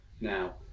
now